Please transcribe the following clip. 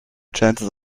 chances